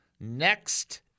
Next